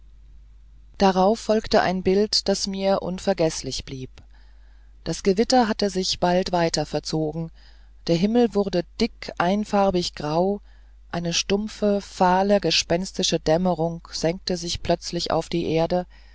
daraus folgte ein bild das mir unvergeßlich bleibt das gewitter hatte sich bald weiter verzogen der himmel wurde dick einfarbig grau eine stumpfe fahle gespenstische dämmerung senkte sich plötzlich auf die erde